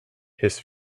his